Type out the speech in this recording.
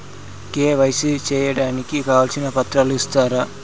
KYC సేయడానికి కావాల్సిన పత్రాలు ఇస్తారా?